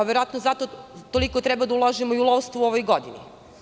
Verovatno zato treba da uložimo i u lovstvo u ovoj godini.